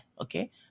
okay